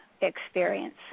experience